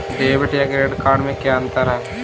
Debit या credit card में क्या अन्तर है?